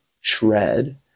shred